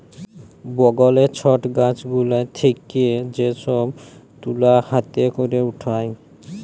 বগলে ছট গাছ গুলা থেক্যে যে সব তুলা হাতে ক্যরে উঠায়